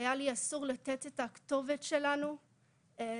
היה לי אסור לתת את הכתובת שלנו לשכנים